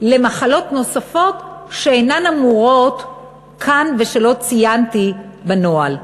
למחלות נוספות שאינן אמורות כאן ושלא ציינתי בנוהל.